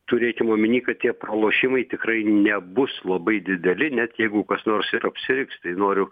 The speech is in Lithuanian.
turėkim omeny kad tie pralošimai tikrai nebus labai dideli net jeigu kas nors ir apsiriks tai noriu